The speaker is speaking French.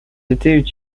étaient